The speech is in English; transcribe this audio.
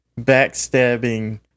backstabbing